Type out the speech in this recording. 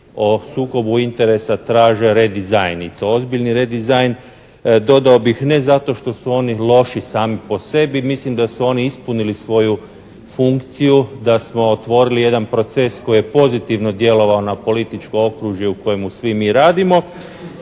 o sukobu interesa traže redizajn i to ozbiljni redizajn. Dodao bih, ne zato što su oni loši sami po sebi. Mislim da su oni ispunili svoju funkciju, da smo otvorili jedan proces koji je pozitivno djelovao na političko okružje u kojemu svi mi radimo.